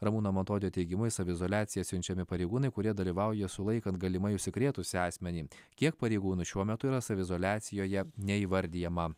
ramūno matonio teigimu į saviizoliaciją siunčiami pareigūnai kurie dalyvauja sulaikant galimai užsikrėtusį asmenį kiek pareigūnų šiuo metu yra saviizoliacijoje neįvardijama